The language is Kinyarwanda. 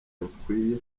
rukwiriye